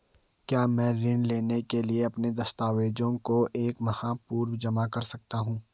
क्या मैं ऋण लेने के लिए अपने दस्तावेज़ों को एक माह पूर्व जमा कर सकता हूँ?